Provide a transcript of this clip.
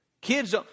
Kids